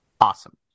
Awesome